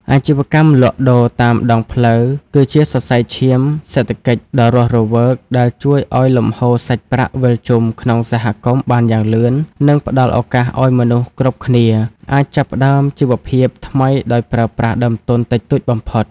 អាជីវកម្មលក់ដូរតាមដងផ្លូវគឺជាសរសៃឈាមសេដ្ឋកិច្ចដ៏រស់រវើកដែលជួយឱ្យលំហូរសាច់ប្រាក់វិលជុំក្នុងសហគមន៍បានយ៉ាងលឿន និងផ្ដល់ឱកាសឱ្យមនុស្សគ្រប់គ្នាអាចចាប់ផ្ដើមជីវភាពថ្មីដោយប្រើប្រាស់ដើមទុនតិចតួចបំផុត។